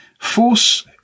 Force